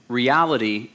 reality